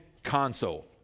console